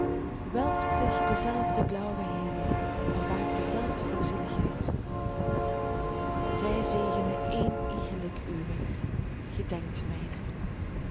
welft zich dezelfde blauwe hemel en waakt dezelfde voorzienigheid zij zegene een iegelijk uwer gedenkt